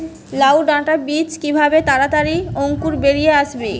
লাউ ডাটা বীজ কিভাবে তাড়াতাড়ি অঙ্কুর বেরিয়ে আসবে?